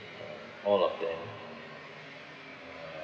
all of them